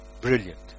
Brilliant